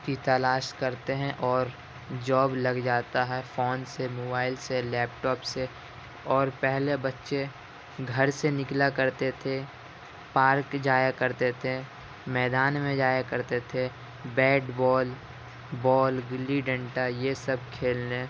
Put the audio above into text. کی تلاش کرتے ہیں اور جاب لگ جاتا ہے فون سے موائل سے لیپ ٹاپ سے اور پہلے بچے گھر سے نکلا کرتے تھے پارک جایا کرتے تھے میدان میں جایا کرتے تھے بیٹ بال بال گلی ڈنڈا یہ سب کھیلنے